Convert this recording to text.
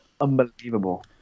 Unbelievable